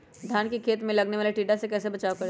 धान के खेत मे लगने वाले टिड्डा से कैसे बचाओ करें?